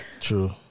True